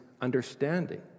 understanding